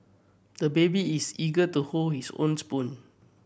the baby is eager to hold his own spoon